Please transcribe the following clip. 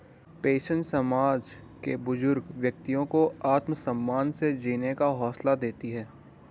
pension समाज के बुजुर्ग व्यक्तियों को आत्मसम्मान से जीने का हौसला देती है